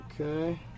okay